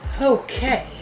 Okay